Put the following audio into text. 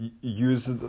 use